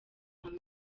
hamwe